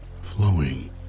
flowing